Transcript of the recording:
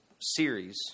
series